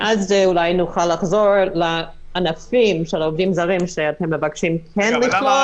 ואז אולי נוכל לחזור לענפים של העובדים הזרים שאתם מבקשים לכלול,